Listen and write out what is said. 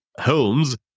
Holmes